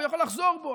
הוא יכול לחזור בו.